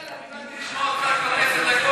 אילן, אני באתי לשמוע אותך, כבר עשר דקות.